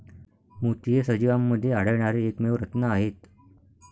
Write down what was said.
मोती हे सजीवांमध्ये आढळणारे एकमेव रत्न आहेत